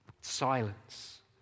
silence